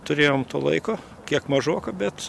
turėjom to laiko kiek mažoka bet